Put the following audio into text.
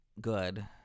good